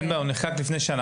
הוא נחקק לפני שנה.